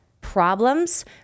problems